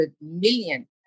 million